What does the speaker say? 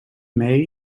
mee